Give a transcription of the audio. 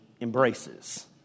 Embraces